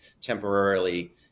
temporarily